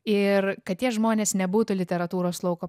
ir kad tie žmonės nebūtų literatūros lauko